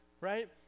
Right